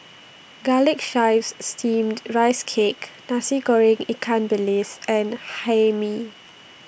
Garlic Chives Steamed Rice Cake Nasi Goreng Ikan Bilis and Hae Mee